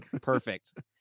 perfect